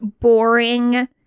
boring